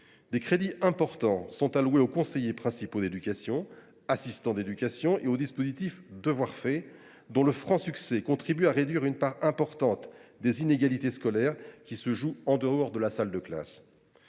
Des crédits importants sont alloués aux conseillers principaux d’éducation, aux assistants d’éducation et au dispositif « devoirs faits », dont le franc succès contribue à réduire une part importante des inégalités scolaires qui se jouent en dehors de la salle de classe.